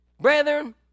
Brethren